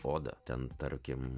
odą ten tarkim